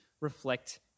reflect